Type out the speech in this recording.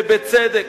ובצדק,